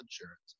insurance